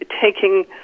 taking